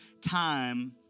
time